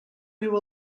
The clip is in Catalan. viu